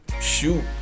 shoot